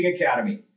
Academy